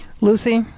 Lucy